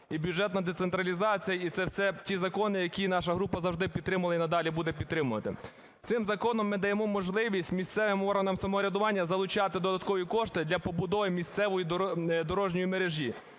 І бюджетна децентралізація, і це все ті закони, які наша група завжди підтримувала і надалі буде підтримувати. Цим законом ми даємо можливість місцевим органам самоврядування залучати додаткові кошти для побудови місцевої дорожньої мережі.